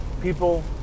people